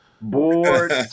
Bored